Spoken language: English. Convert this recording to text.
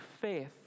faith